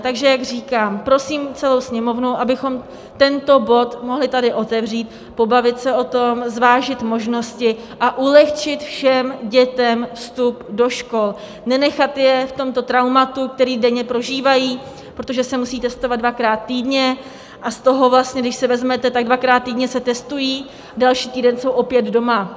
Takže jak říkám, prosím celou Sněmovnu, abychom tento bod mohli tady otevřít, pobavit se o tom, zvážit možnosti a ulehčit všem dětem vstup do škol, nenechat je v tomto traumatu, které denně prožívají, protože se musí testovat dvakrát týdně, a z toho vlastně, když si vezmete, tak dvakrát týdně se testují, další týden jsou opět doma.